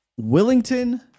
Willington